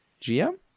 GM